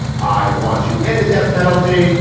i want to end the death penalty.